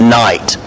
night